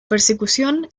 persecución